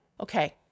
Okay